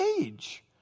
age